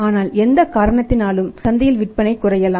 ஆனால் எந்த காரணத்தினாலும் சந்தையில் விற்பனை குறையலாம்